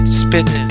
spit